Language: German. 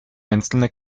einzelne